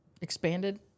expanded